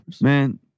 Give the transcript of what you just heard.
Man